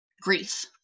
Grief